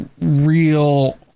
real